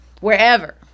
Wherever